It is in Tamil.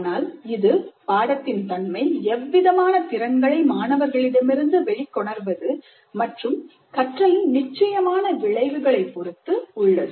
ஆனால் இது பாடத்தின் தன்மை எவ்விதமான திறன்களை மாணவர்களிடமிருந்து வெளிக்கொணர்வது மற்றும் கற்றலின் நிச்சயமான விளைவுகளை பொருத்து உள்ளது